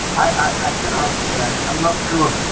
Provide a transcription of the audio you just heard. i'm like and um so i'm not sure